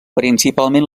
principalment